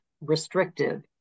Restrictive